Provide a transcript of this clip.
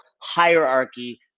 hierarchy